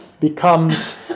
becomes